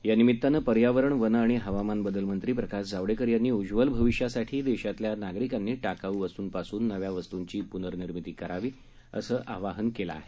यानिमित्तानं पर्यावण वनं आणि हवामानबदल मंत्री प्रकाश जावडेकर यांनी उज्वल भविष्यासाठी देशातल्या नागरिकांनी टाकाऊ वस्तुंपासून नव्या वस्तुंची पुनःनिर्मिती करावी असं आवाहन केलं आहे